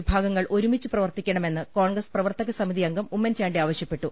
വിഭാഗങ്ങൾ ഒരുമിച്ച് പ്രവർത്തിക്കണമെന്ന് കോൺഗ്രസ് പ്രവർത്തക സമിതി അംഗം ഉമ്മൻചാണ്ടി ആവശ്യപ്പെട്ടു